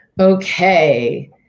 Okay